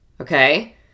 okay